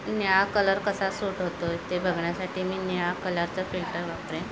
निळा कलर कसा सूट होतो आहे ते बघण्यासाठी मी निळा कलरचं फिल्टर वापरेन